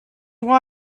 why